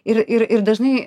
ir ir ir dažnai